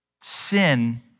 sin